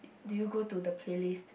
do you go to the playlist